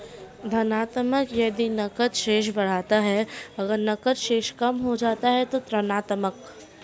धनात्मक यदि नकद शेष बढ़ता है, अगर नकद शेष कम हो जाता है तो ऋणात्मक